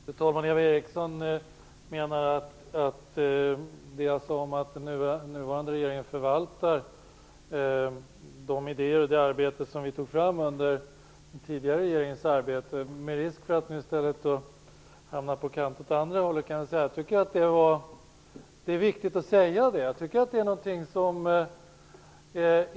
Fru talman! Eva Eriksson tog upp det jag sade om att den nuvarande regeringen förvaltar de idéer och det arbete som vi tog fram under den tidigare regeringen. Med risk för att i stället hamna på kant åt andra hållet kan jag säga att jag tycker att det är viktigt att säga.